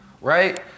right